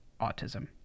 autism